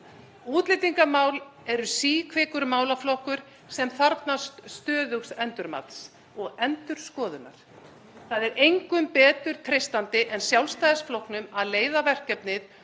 Útlendingamál eru síkvikur málaflokkur sem þarfnast stöðugs endurmats og endurskoðunar. Það er engum betur treystandi en Sjálfstæðisflokknum til að leiða verkefnið